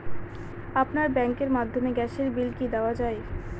আপনার ব্যাংকের মাধ্যমে গ্যাসের বিল কি দেওয়া য়ায়?